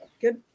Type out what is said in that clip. Good